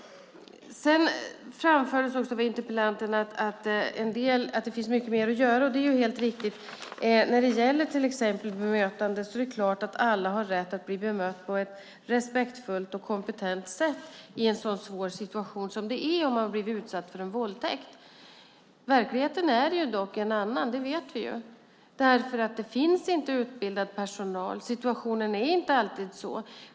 Interpellanten framförde att det finns mycket mer att göra, och det är ju helt riktigt. När det gäller till exempel bemötandet är det klart att alla har rätt att bli bemötta på ett respektfullt och kompetent sätt i en så svår situation som det är att ha blivit utsatt för en våldtäkt. Att verkligheten dock är en annan vet vi, därför att situationen är att det inte alltid finns utbildad personal.